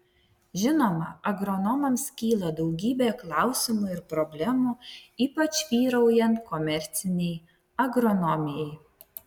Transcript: žinoma agronomams kyla daugybė klausimų ir problemų ypač vyraujant komercinei agronomijai